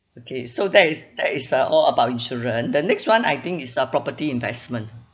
okay so that is that is uh all about insurance the next one I think is the property investment